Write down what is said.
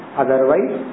otherwise